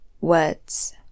words